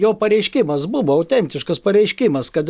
jo pareiškimas buvo autentiškas pareiškimas kad